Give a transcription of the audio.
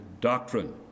doctrine